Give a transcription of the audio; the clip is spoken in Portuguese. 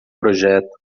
projeto